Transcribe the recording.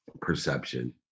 perception